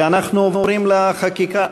ואנחנו עוברים לחקיקה.